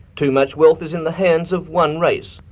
too much wealth is in the hands of one race,